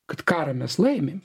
kad karą mes laimim